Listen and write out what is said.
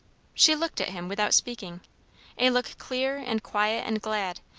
she looked at him without speaking a look clear and quiet and glad,